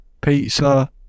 pizza